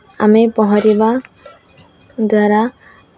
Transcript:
ଆମେ ପହଁରିବା ଦ୍ୱାରା